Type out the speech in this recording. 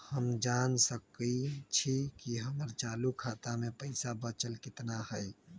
हम जान सकई छी कि हमर चालू खाता में पइसा बचल कितना हई